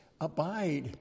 Abide